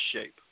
shape